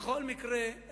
בכל מקרה,